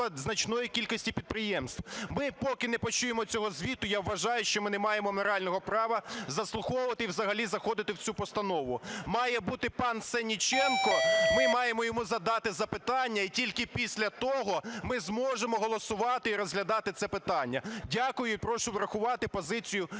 значної кількості підприємств. Ми поки не почуємо цього звіту, я вважаю, що ми не маємо морального права заслуховувати і взагалі заходити в цю постанову. Має бути пан Сенниченко, ми маємо йому задати запитання і тільки після того ми зможемо голосувати і розглядати це питання. Дякую. І прошу врахувати позицію